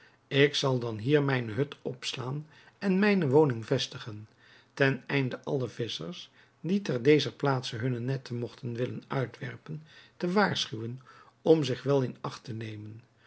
ik zal dan hier mijne hut opslaan en mijne woning vestigen ten einde alle visschers die te dezer plaatse hunne netten mogten willen uitwerpen te waarschuwen om zich wel in acht te nemen